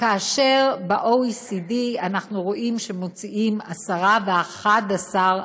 כאשר ב-OECD אנחנו רואים שמוציאים 10% ו-11%.